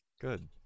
Good